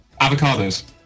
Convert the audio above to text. Avocados